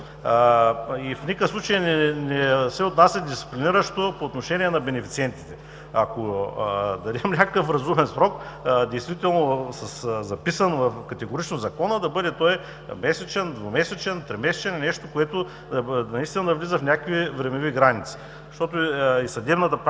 и в никакъв случай не се отнася дисциплиниращо по отношение на бенефициентите. Ако дадем някакъв разумен срок, записан категорично в Закона – да бъде той месечен, двумесечен, тримесечен, или нещо, което наистина да влиза в някакви времеви граници,